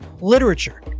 literature